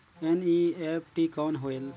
NEFT कौन होएल?